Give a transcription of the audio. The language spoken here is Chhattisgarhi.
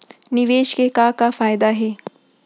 निवेश के का का फयादा हे?